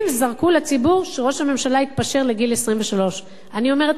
זרקו לציבור שראש הממשלה התפשר על גיל 23. אני אומרת כאן